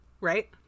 Right